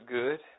good